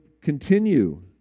continue